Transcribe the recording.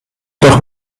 doch